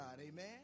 amen